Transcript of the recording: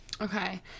okay